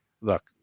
look